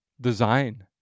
design